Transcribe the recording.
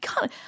God